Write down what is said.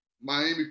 Miami